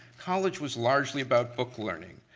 college was largely about book learning,